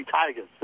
Tigers